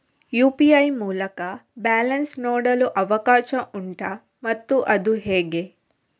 UPI ಮೂಲಕ balance ನೋಡಲು ಅವಕಾಶ ಉಂಟಾ ಮತ್ತು ಅದು ಹೇಗೆ?